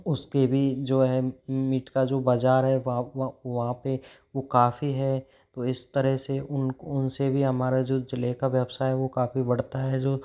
उसके भी जो है मीट का जो बजार है वहाँ वहाँ वहाँ पे वो काफ़ी है तो इस तरह से उनसे भी हमारा जो जिले का व्यवसाय है वो काफ़ी बढ़ता है जो